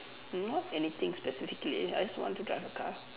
not anything specifically I just want to drive a car